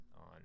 on